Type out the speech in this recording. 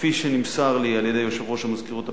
כפי שנמסר לי על-ידי יושב-ראש המזכירות הפדגוגית,